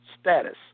status